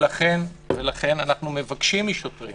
ולכן אנחנו מבקשים משוטרים